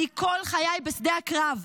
אני כל חיי בשדה הקרב,